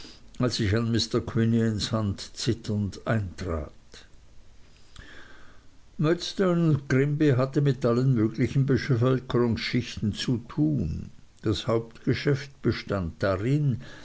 als ich an mr quinions hand zitternd eintrat murdstone grinby hatten mit allen möglichen bevölkerungsschichten zu tun das hauptgeschäft bestand darin